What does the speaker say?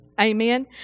Amen